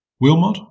Wilmot